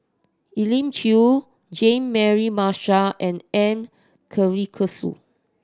Elim Chew Jean Mary Marshall and M Karthigesu